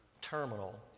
terminal